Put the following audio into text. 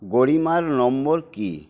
গরিমার number কী